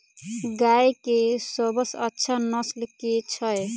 गाय केँ सबसँ अच्छा नस्ल केँ छैय?